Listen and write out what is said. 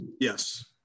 Yes